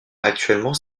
actuellement